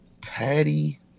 patty